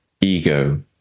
ego